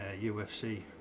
UFC